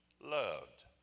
loved